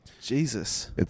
Jesus